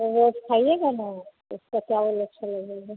रोज खाइएगा ना इसका चावल अच्छा लगेगा